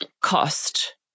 cost